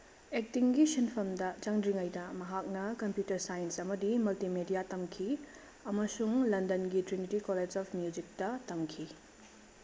ꯑꯦꯛꯇꯤꯡꯒꯤ ꯁꯤꯟꯐꯝꯗ ꯆꯪꯗ꯭ꯔꯤꯉꯩꯗ ꯃꯍꯥꯛꯅ ꯀꯝꯄ꯭ꯌꯨꯇꯔ ꯁꯥꯏꯟꯁ ꯑꯃꯗꯤ ꯃꯜꯇꯤ ꯃꯦꯗꯤꯌꯥ ꯇꯝꯈꯤ ꯑꯃꯁꯨꯡ ꯂꯟꯗꯟꯒꯤ ꯇ꯭ꯔꯤꯅꯤꯇꯤ ꯀꯣꯂꯦꯖ ꯑꯣꯐ ꯃ꯭ꯌꯨꯖꯤꯛꯇ ꯇꯝꯈꯤ